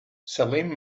salim